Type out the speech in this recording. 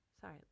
Sorry